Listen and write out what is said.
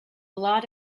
lot